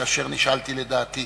כאשר נשאלתי לדעתי.